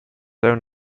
own